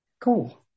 Cool